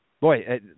boy